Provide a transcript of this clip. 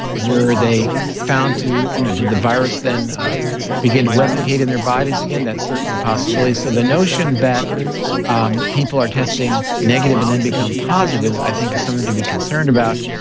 were they found to. you know did the virus then begin to replicate in their bodies again? that's certainly a possibility so the notion that um people are testing negative and then become positive i think is something to be concerned about.